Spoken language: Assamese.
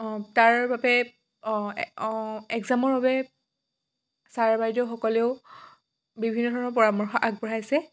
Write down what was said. তাৰ বাবে এক্সামৰ বাবে ছাৰ বাইদেউসকলেও বিভিন্ন ধৰণৰ পৰামৰ্শ আগবঢ়াইছে